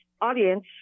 audience